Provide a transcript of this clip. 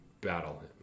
battle